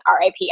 RIP